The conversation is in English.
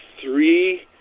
three